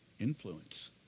influence